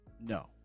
No